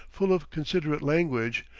full of considerate language,